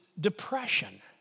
depression